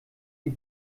die